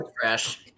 crash